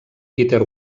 peter